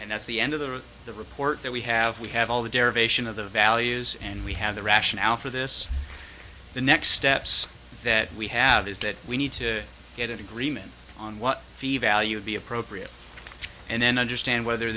and that's the end of the report that we have we have all the derivation of the values and we have the rationale for this the next steps that we have is that we need to get an agreement on what fever value would be appropriate and then understand whether